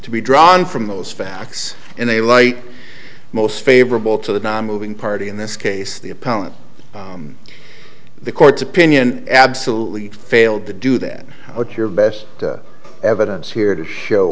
to be drawn from those facts in a light most favorable to the nonmoving party in this case the opponent the court's opinion absolutely failed to do that what's your best evidence here to show